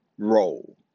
role